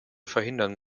verhindern